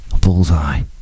Bullseye